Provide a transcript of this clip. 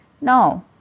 no